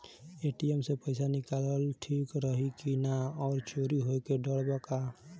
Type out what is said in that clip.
ATM से पईसा निकालल ठीक रही की ना और चोरी होये के डर बा का?